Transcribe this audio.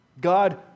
God